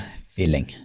feeling